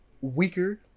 weaker